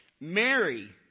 Mary